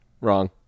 Wrong